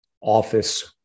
office